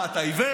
מה, אתה עיוור?